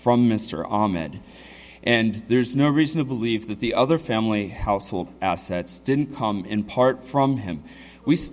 from mr ahmed and there's no reason to believe that the other family household assets didn't come in part from him